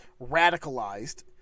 radicalized